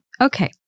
okay